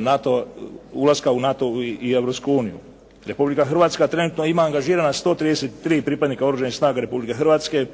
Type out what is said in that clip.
NATO, ulaska u NATO i Europsku uniju. Republika Hrvatska trenutno ima angažirana 133 pripadnika Oružanih snaga Republike Hrvatske